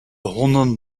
honden